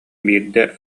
биирдэ